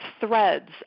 threads